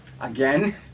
again